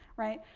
right,